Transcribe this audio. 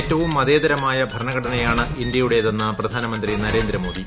ഏറ്റവും മതേതരമായ ഭരണഘടനയാണ് ഇന്ത്യയുടേതെന്ന് പ്രധാനമന്ത്രി നരേന്ദ്രമോദി